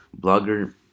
Blogger